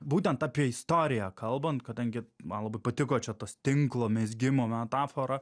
būtent apie istoriją kalbant kadangi man labai patiko čia tos tinklo mezgimo metafora